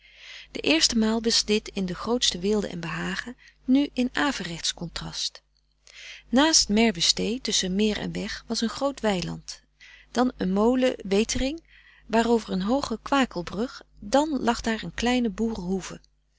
de eerste maal was dit in de grootste weelde en behagen nu in averechtsch contrast naast merwestee tusschen meer en weg was een groot weiland dan een molen wetering waarover een hooge kwakelbrug dan lag daar een kleine